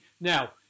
Now